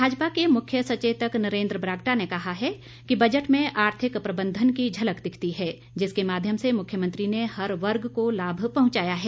भाजपा के मुख्य सचेतक नरेन्द्र बरागटा ने कहा है कि बजट में आर्थिक प्रबंधन की झलक दिखती है जिसके माध्यम से मुख्यमंत्री ने हर वर्ग को लाभ पहुंचाया है